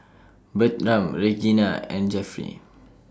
Bertram Regina and Jeffry